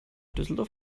düsseldorf